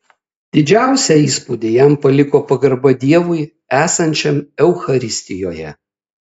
didžiausią įspūdį jam paliko pagarba dievui esančiam eucharistijoje